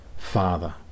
Father